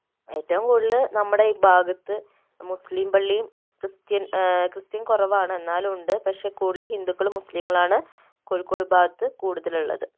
ഏറ്റവും കൂടുതൽ നമ്മുടെ ഈ ഭാഗത്ത് മുസ്ലിം പള്ളിയും ക്രിസ്ത്യൻ ക്രിസ്ത്യൻ കുറവാണ് എന്നാലുമുണ്ട് പക്ഷെ കൂടുതലും ഹിന്ദുക്കളും മുസ്ലീങ്ങളാണ് കോഴിക്കോട് ഭാഗത്ത് കൂടുതലുള്ളത്